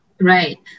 Right